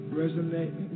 resonate